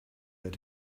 let